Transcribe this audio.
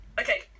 Okay